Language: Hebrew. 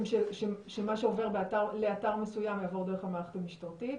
בבקשה שמה שעובר לאתר מסוים יעבור דרך המערכת המשטרתית,